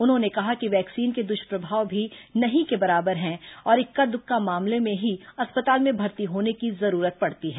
उन्होंने कहा कि वैक्सीन के दुष्प्रभाव भी नहीं के बराबर है और इक्का दुक्का मामले में ही अस्पताल में भर्ती होने की जरूरत पड़ती है